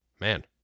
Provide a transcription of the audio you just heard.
Man